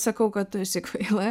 sakau kad tu esi kvaila